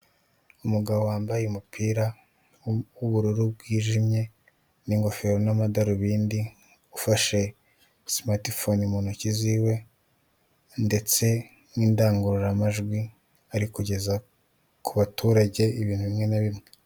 Ni igikamyo cyikoreye imizigo, cyangwa se gishobora kuba cyikoreye umucanga, ariko ikaba itwikiriwe hejuru ikamyo, iri kugenda mu muhanda rwagati, muri kaburimbo, ari yonyine. Iburyo n'ibumoso hari inzira z'abanyamaguru.